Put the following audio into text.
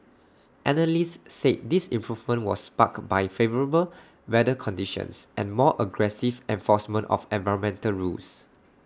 analysts said this info was sparked by favourable weather conditions and more aggressive enforcement of environmental rules